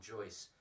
Joyce